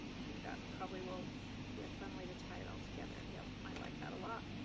i think that probably will be a fun way to tie it all together. yep i like that a lot.